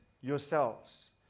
yourselves